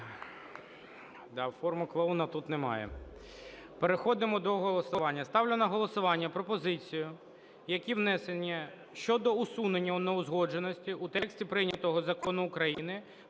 Переходимо до голосування. Ставлю на голосування пропозиції, які внесені щодо усунення неузгодженостей у тексті прийнятого Закону України